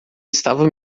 estava